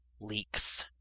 Leaks